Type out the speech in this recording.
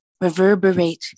reverberate